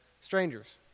strangers